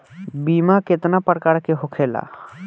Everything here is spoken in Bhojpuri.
बीमा केतना प्रकार के होखे ला?